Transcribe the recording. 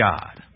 God